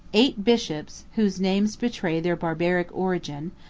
eight bishops, whose names betray their barbaric origin,